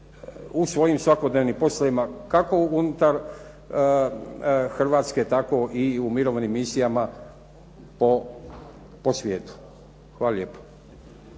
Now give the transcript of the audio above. u svojim svakodnevnim poslovima kako unutar Hrvatske, tako i u mirovnim misijama po svijetu. Hvala lijepo.